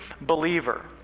believer